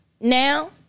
now